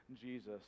Jesus